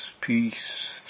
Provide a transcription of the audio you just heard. peace